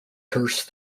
curse